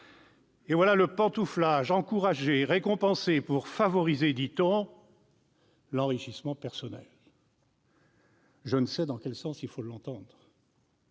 enfin, le pantouflage encouragé, récompensé pour favoriser, dit-on, l'enrichissement personnel. Je ne sais dans quel sens il faut l'entendre